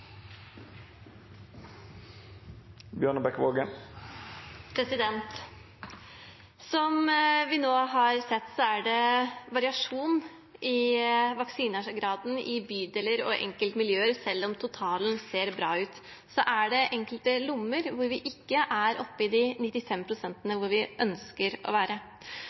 Som vi nå har sett, er det variasjon i vaksinegraden i bydeler og enkeltmiljøer. Selv om totalen ser bra ut, er det enkelte lommer hvor vi ikke er oppe i de 95 pst. der vi ønsker å være,